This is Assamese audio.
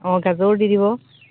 অঁ গাজৰো দি দিব